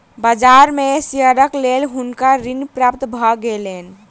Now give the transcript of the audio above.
बाजार में शेयरक लेल हुनका ऋण प्राप्त भ गेलैन